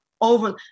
over